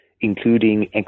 including